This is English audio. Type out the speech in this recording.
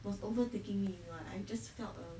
was overtaking me !wah! I just felt a